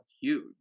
huge